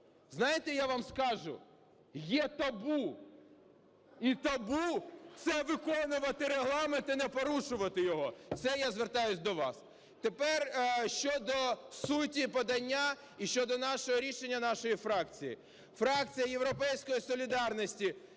Знаєте, я вам скажу, є табу, і табу – це виконувати Регламент і не порушувати його. Це я звертаюсь до вас. Тепер щодо суті подання і щодо нашого рішення нашої фракції. Фракція "Європейської солідарності"